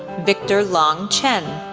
victor long chen,